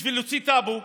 בשביל להוציא טאבו,